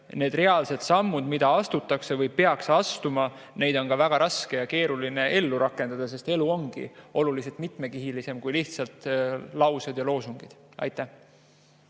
et reaalseid samme, mida astutakse või mida peaks astuma, on väga raske ja keeruline ellu rakendada, sest elu ongi oluliselt mitmekihilisem kui lihtsalt laused ja loosungid. Aitäh!